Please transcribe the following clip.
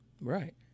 Right